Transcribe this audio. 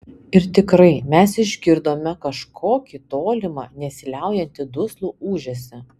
ir tikrai mes išgirdome kažkokį tolimą nesiliaujantį duslų ūžesį